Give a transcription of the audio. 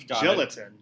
Gelatin